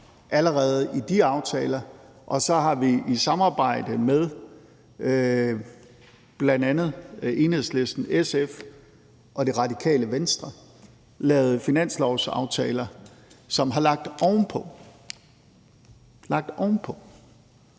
allerede i de aftaler, og så har vi i samarbejde med bl.a. Enhedslisten, SF og Radikale Venstre lavet finanslovsaftaler, som har lagt ovenpå